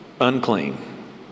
unclean